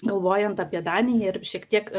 galvojant apie daniją ir šiek tiek